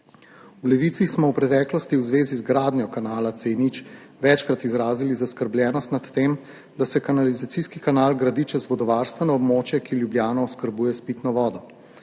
V Levici smo v preteklosti v zvezi z gradnjo kanala C0 večkrat izrazili zaskrbljenost nad tem, da se kanalizacijski kanal gradi čez vodovarstveno območje, ki Ljubljano oskrbuje s pitno vodo.